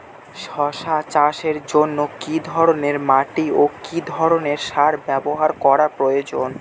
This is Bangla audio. শশা চাষের জন্য কি ধরণের মাটি ও কি ধরণের সার ব্যাবহার করা প্রয়োজন?